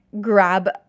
grab